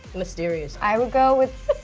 mysterious. i would go with,